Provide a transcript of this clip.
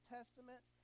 Testament